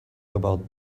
about